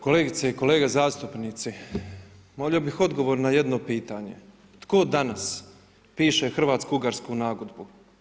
Kolegice i kolege zastupnici, molio bih odgovor na jedno pitanje tko danas piše Hrvatsko-ugarsku nagodbu?